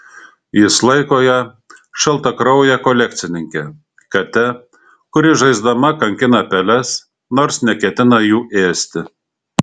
jis laiko ją šaltakrauje kolekcininke kate kuri žaisdama kankina peles nors neketina jų ėsti